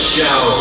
Show